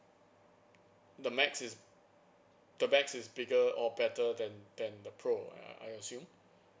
the max is the max is bigger or better than than the pro I I assume